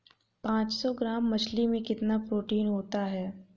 पांच सौ ग्राम मछली में कितना प्रोटीन होता है?